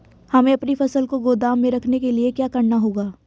हमें अपनी फसल को गोदाम में रखने के लिये क्या करना होगा?